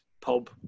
Pub